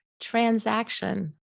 transaction